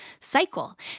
cycle